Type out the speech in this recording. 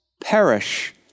perish